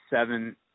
seven